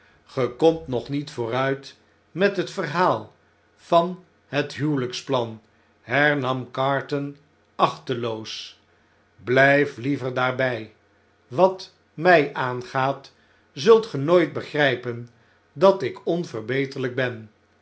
komt nog niet vooruit met hetverhaal van het huwelijksplan hernam carton achteloos blijf liever daarbjj wat mjj aangaat zult ge nooit begrijpen dat ik onverbeterlijk ben